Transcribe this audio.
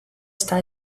está